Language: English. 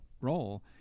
role